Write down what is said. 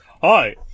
hi